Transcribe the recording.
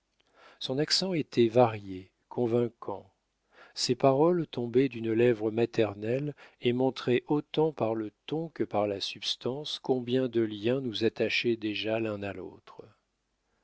son accent était varié convaincant ses paroles tombaient d'une lèvre maternelle et montraient autant par le ton que par la substance combien les liens nous attachaient déjà l'un à l'autre